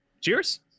cheers